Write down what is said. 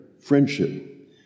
friendship